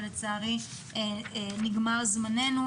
אבל לצערי נגמר זמננו.